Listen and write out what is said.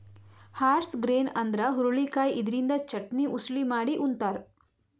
horse grain ಅಂದ್ರ ಹುರಳಿಕಾಯಿ ಇದರಿಂದ ಚಟ್ನಿ, ಉಸಳಿ ಮಾಡಿ ಉಂತಾರ್